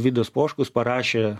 vidas poškus parašė